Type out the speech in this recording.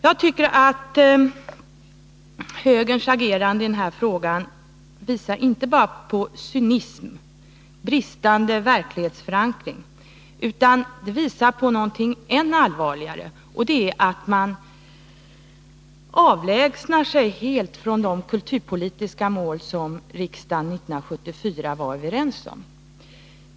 Jag tycker att högerns agerande i denna fråga visar inte bara på cynism och bristande verklighetsförankring utan på någonting än allvarligare, att man avlägsnar sig helt från de kulturpolitiska mål som riksdagen 1974 var överens om.